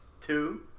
two